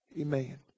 Amen